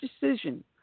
decision—